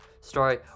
story